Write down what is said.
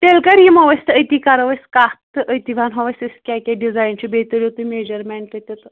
تیٚلہِ کر یِمو أسۍ تہٕ أتی کرو أسۍ کتھ تہٕ أتی وَنہو أسۍ کیٛاہ کیٛاہ ڈیزایَن چھُ بیٚیہِ تُلِو تُہۍ میٚجرمینٛٹ تہِ تہٕ